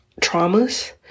traumas